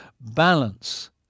balance